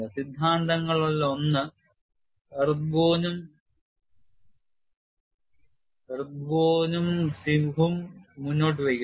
സിദ്ധാന്തങ്ങളിലൊന്ന് എർദോഗനും സിഹും മുന്നോട്ടുവയ്ക്കുന്നു